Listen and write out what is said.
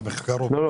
לא.